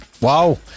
wow